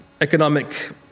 economic